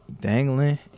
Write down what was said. dangling